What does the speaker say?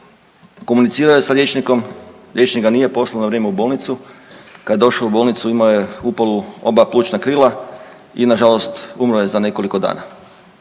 komunicirao je s liječnikom, liječnik ga nije na vrijeme poslao u bolnicu, kada je došao u bolnicu imao je upalu oba plućna krila i nažalost umro je za nekoliko dana,